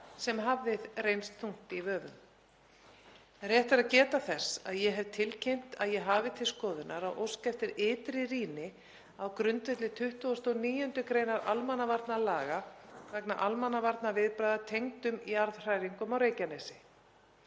sem hafði reynst þungt í vöfum. Rétt er að geta þess að ég hef tilkynnt að ég hafi til skoðunar að óska eftir ytri rýni á grundvelli 29. gr. almannavarnalaga vegna almannavarnaviðbragða tengdum jarðhræringum á Reykjanesi.